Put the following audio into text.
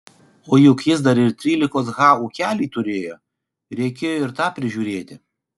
o juk jis dar ir trylikos ha ūkelį turėjo reikėjo ir tą prižiūrėti